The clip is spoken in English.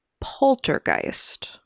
poltergeist